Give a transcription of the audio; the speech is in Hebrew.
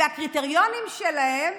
והקריטריונים שלהם